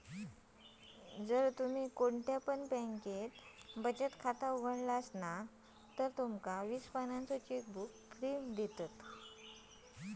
जर तुम्ही कोणत्या बॅन्केत बचत खाता उघडतास तर तुमका वीस पानांचो चेकबुक फ्री मिळता